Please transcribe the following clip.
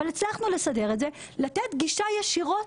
אבל הצלחנו לסדר את זה לתת גישה ישירות